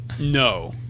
No